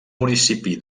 municipi